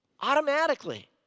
automatically